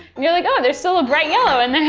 you're like, oh, there's still a bright yellow in there!